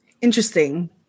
interesting